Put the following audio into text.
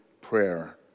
prayer